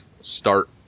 start